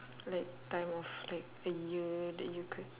like time of like the year that you could